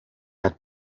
hat